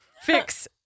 Fix